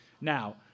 Now